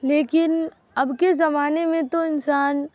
لیکن اب کے زمانے میں تو انسان